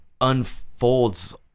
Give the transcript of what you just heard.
unfolds